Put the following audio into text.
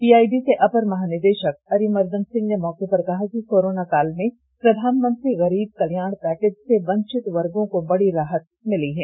PIB के अपर महानिदेशक अरिमर्दन सिंह ने मौके पर कहा कि कोरोना काल में प्रधानमंत्री गरीब कल्याण पैकेज से वंचित वर्गो को बड़ी राहत मिली है